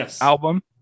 album